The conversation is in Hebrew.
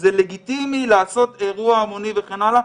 שזה לגיטימי לעשות אירוע המוני וכן הלאה.